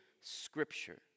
Scripture